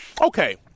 Okay